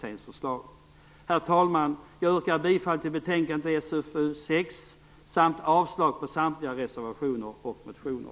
Jag yrkar bifall till utskottets hemställan i betänkandet SfU6 samt avslag på samtliga reservationer och motioner.